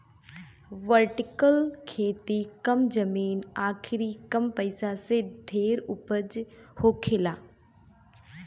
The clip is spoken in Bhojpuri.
वर्टिकल खेती कम जमीन अउरी कम पइसा में ढेर उपज होखेला